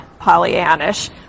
Pollyannish